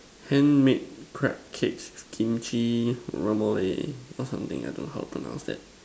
handmade crepe cakes Kimchi what more it or something I don't know how to pronounce that